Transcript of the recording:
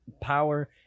power